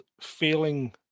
failing